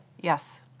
Yes